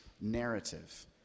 narrative